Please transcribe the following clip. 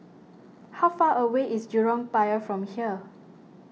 how far away is Jurong Pier from here